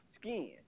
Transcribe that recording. skin